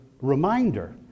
reminder